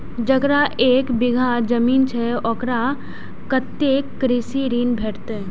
जकरा एक बिघा जमीन छै औकरा कतेक कृषि ऋण भेटत?